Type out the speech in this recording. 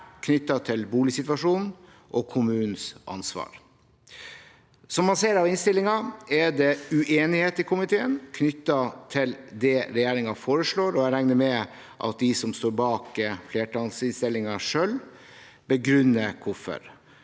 knyttet til boligsituasjonen og kommunenes ansvar. Som man ser av innstillingen, er det uenighet i komiteen knyttet til det regjeringen foreslår, og jeg regner med at de som står bak flertallsinnstillingen, selv begrunner hvorfor,